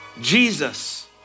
Jesus